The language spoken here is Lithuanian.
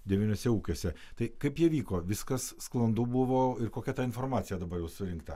devyniuose ūkiuose tai kaip jie vyko viskas sklandu buvo ir kokia ta informacija dabar jau surinkta